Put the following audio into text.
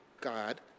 God